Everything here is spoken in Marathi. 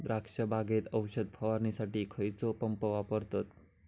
द्राक्ष बागेत औषध फवारणीसाठी खैयचो पंप वापरतत?